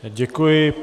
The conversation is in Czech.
Děkuji.